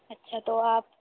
اچھا تو آپ